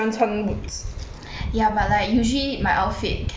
ya but like usually my outfit cannot fit boots